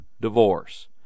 divorce